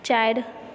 चारि